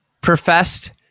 professed